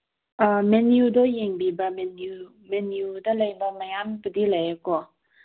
ꯑꯥ ꯃꯦꯅ꯭ꯌꯨꯗꯣ ꯌꯦꯡꯕꯤꯕ ꯃꯦꯅ꯭ꯌꯨ ꯃꯦꯅ꯭ꯌꯨꯗ ꯂꯩꯕ ꯃꯌꯥꯝꯕꯨꯗꯤ ꯂꯩꯌꯦꯀꯣ